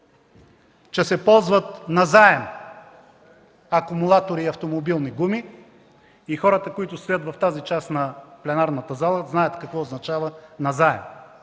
че се ползват назаем акумулатори и автомобилни гуми. Хората, които стоят в тази част на пленарната зала, знаят какво означава „назаем“